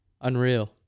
Unreal